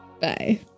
Bye